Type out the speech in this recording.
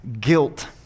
guilt